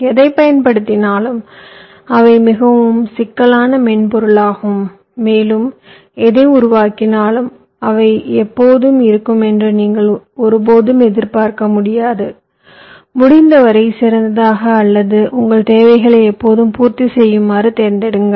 எதைப் பயன்படுத்தினாலும் அவை மிகவும் சிக்கலான மென்பொருளாகும் மேலும் எதை உருவாக்கினாலும் அவை எப்போதும் இருக்கும் என்று நீங்கள் ஒருபோதும் எதிர்பார்க்க முடியாது முடிந்தவரை சிறந்ததாக அல்லது உங்கள் தேவைகளை எப்போதும் பூர்த்தி செய்யுமாறு தேர்ந்தெடுங்கள்